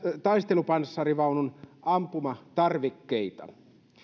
taistelupanssarivaunun ampumatarvikkeita